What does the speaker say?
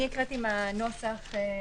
אני הקראתי מהנוסח הזה,